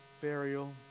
burial